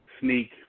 sneak